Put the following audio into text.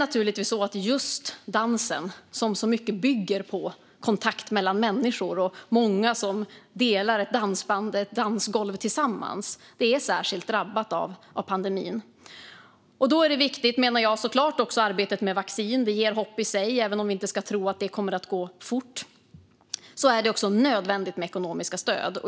Just dansen, som så mycket bygger på kontakt mellan människor och många som delar ett dansgolv tillsammans, är särskilt drabbad av pandemin. Då menar jag att det såklart är viktigt med arbetet med vaccin. Det ger hopp i sig, även om vi inte ska tro att det kommer att gå fort. Och det är också nödvändigt med ekonomiskt stöd.